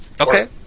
Okay